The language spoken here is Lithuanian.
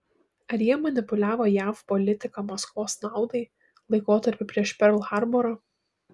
ar jie manipuliavo jav politika maskvos naudai laikotarpiu prieš perl harborą